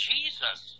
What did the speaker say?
Jesus